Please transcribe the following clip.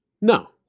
no